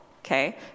okay